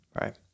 right